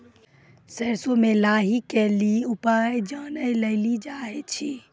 सरसों मे लाही के ली उपाय जाने लैली चाहे छी?